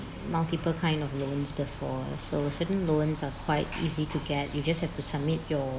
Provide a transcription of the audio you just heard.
multiple kind of loans before so certain loans are quite easy to get you just have to submit your